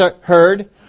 heard